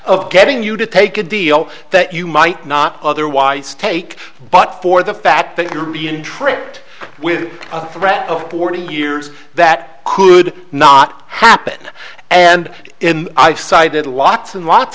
of getting you to take a deal that you might not otherwise take but for the fact that you're being tricked with a threat of forty years that could not happen and i've cited lots and lots